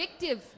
addictive